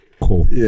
Cool